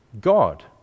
God